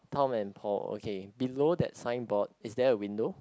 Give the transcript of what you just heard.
Tom and Paul okay below that signboard is there a window